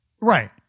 Right